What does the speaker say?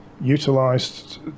Utilised